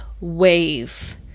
wave